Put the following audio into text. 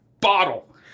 bottle